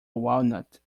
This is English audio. walnut